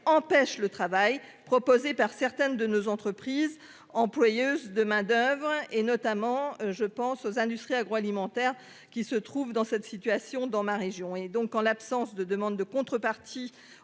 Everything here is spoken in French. empêchent le travail proposé par certaines de nos entreprises. Employeuses de main-d'oeuvre et notamment je pense aux industries agroalimentaires qui se trouve dans cette situation dans ma région et donc en l'absence de demande de contrepartie